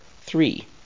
Three